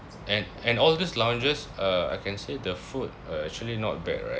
and and all this lounges uh I can say the food uh actually not bad right